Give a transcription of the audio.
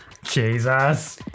Jesus